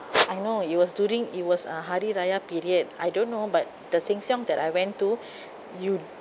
I know it was during it was uh hari raya period I don't know but the sheng siong that I went to you